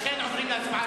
לכן, עוברים להצבעה